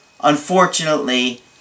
unfortunately